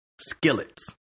skillets